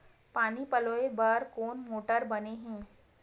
पानी पलोय बर कोन मोटर बने हे?